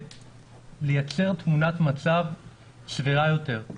לייצר תמונת מצב סבירה יותר.